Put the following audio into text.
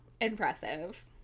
impressive